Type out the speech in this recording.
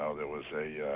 ah there was a.